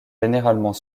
généralement